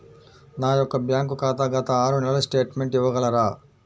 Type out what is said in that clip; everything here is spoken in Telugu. నా యొక్క బ్యాంక్ ఖాతా గత ఆరు నెలల స్టేట్మెంట్ ఇవ్వగలరా?